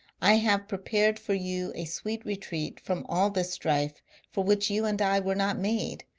i have prepared for you a sweet retreat from all this strife for which you and i were not made,